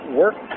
work